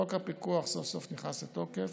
חוק הפיקוח סוף-סוף נכנס לתוקף.